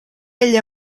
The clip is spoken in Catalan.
ella